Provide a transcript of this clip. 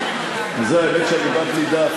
האמת שאני הכנתי דף,